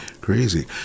Crazy